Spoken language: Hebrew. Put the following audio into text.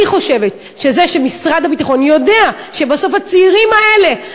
אני חושבת שזה שמשרד הביטחון יודע שבסוף הצעירים האלה,